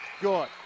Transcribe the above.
good